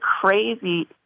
crazy